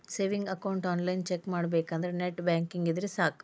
savings account ಆನ್ಲೈನ್ನ್ಯಾಗ check ಮಾಡಬೇಕಂದ್ರ net banking ಇದ್ರೆ ಸಾಕ್